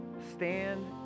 stand